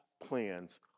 plans